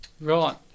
Right